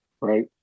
right